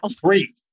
Three